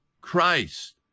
Christ